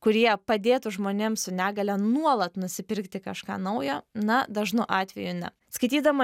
kurie padėtų žmonėms su negalia nuolat nusipirkti kažką naujo na dažnu atveju ne skaitydama